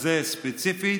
הזה ספציפית,